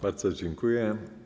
Bardzo dziękuję.